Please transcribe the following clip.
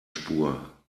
spur